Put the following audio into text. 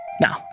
Now